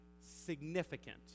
significant